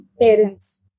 parents